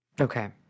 Okay